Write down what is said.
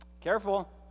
careful